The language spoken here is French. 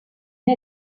une